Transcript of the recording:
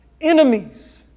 enemies